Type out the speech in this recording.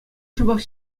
шӑпах